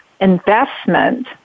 investment